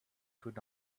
could